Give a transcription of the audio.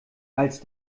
als